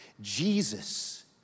Jesus